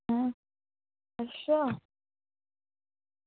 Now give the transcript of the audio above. हां अच्छा